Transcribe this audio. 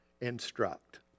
instruct